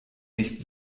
nicht